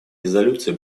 резолюций